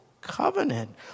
covenant